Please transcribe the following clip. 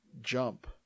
jump